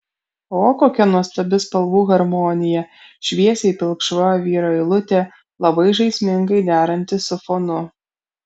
o kokia nuostabi spalvų harmonija šviesiai pilkšva vyro eilutė labai žaismingai deranti su fonu